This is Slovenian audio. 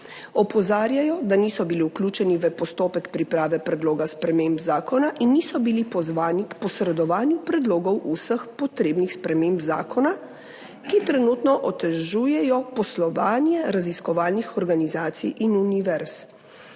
Opozarjajo, da niso bili vključeni v postopek priprave predloga sprememb zakona in niso bili pozvani k posredovanju predlogov vseh potrebnih sprememb zakona, ki trenutno otežujejo poslovanje raziskovalnih organizacij in univerz.